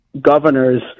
governors